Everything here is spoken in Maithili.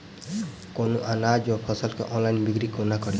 कोनों अनाज वा फसल केँ ऑनलाइन बिक्री कोना कड़ी?